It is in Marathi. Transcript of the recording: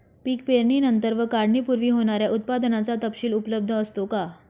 पीक पेरणीनंतर व काढणीपूर्वी होणाऱ्या उत्पादनाचा तपशील उपलब्ध असतो का?